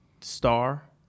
Star